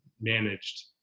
managed